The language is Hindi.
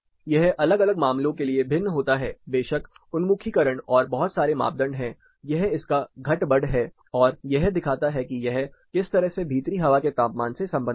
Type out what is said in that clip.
यह अलग अलग मामलों के लिए भिन्न होता है बेशक उन्मुखीकरण और बहुत सारे मापदंड है यह इसका घट बढ़ है और यह दिखाता है कि यह किस तरह से भीतरी हवा के तापमान से संबंधित है